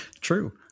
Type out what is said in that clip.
true